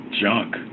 junk